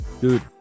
dude